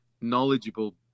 knowledgeable